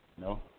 No